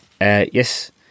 Yes